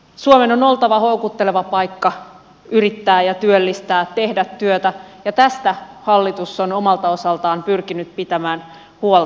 suomen on oltava houkutteleva paikka yrittää ja työllistää tehdä työtä ja tästä hallitus on omalta osaltaan pyrkinyt pitämään huolta